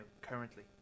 currently